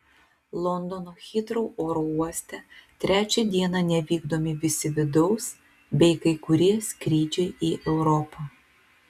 londono hitrou oro uoste trečią dieną nevykdomi visi vidaus bei kai kurie skrydžiai į europą